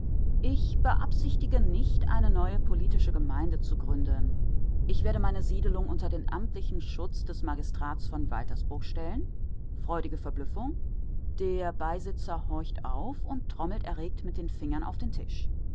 ich beabsichtige nicht eine neue politische gemeinde zu gründen ich werde meine siedelung unter den amtlichen schutz des magistrats von waltersburg stellen freudige verblüffung der beisitzer horcht auf und trommelt erregt mit den fingern auf den tisch